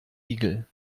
igel